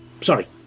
sorry